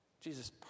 jesus